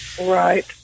Right